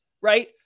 right